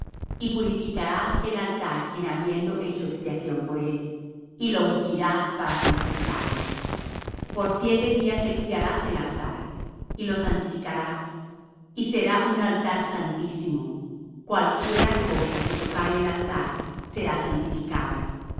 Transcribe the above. y purificarás el altar en habiendo hecho expiación por él y lo ungirás para santificarlo por siete días expiarás el altar y lo santificarás y será un altar santísimo cualquiera cosa que tocare al altar será santificada